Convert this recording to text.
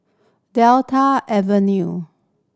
Delta Avenue